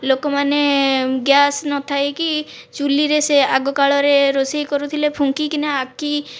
ଲୋକମାନେ ଗ୍ୟାସ୍ ନଥାଇକି ଚୁଲିରେ ସେ ଆଗ କାଳରେ ରୋଷେଇ କରୁଥିଲେ ଫୁଙ୍କିକିନା ଆଖି